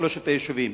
בשלושת היישובים.